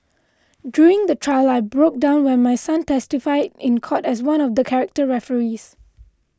during the trial I broke down when my son testified in court as one of the character referees